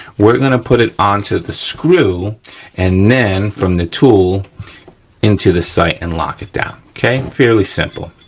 we're gonna put it onto the screw and then from the tool into the sight and lock it down, okay, fairly simple.